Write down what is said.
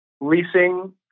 leasing